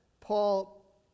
Paul